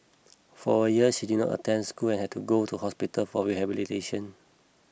for a year she did not attend school and had to go to hospital for rehabilitation